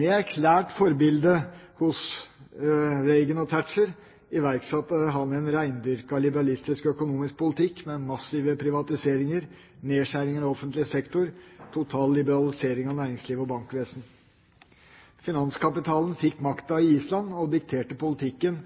Med erklært forbilde hos Reagan og Thatcher iverksatte han en rendyrket liberalistisk økonomisk politikk med massive privatiseringer, nedskjæringer av offentlig sektor og total liberalisering av næringsliv og bankvesen. Finanskapitalen fikk makten i Island og dikterte politikken,